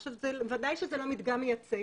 עכשיו ודאי שזה לא מדגם מייצג,